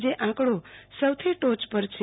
જે આંકડો સૌથી ટોય પર છે